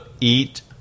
eat